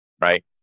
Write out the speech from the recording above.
right